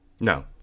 No